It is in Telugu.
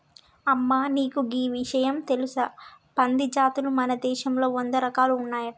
అమ్మ నీకు గీ ఇషయం తెలుసా పంది జాతులు మన దేశంలో వంద రకాలు ఉన్నాయంట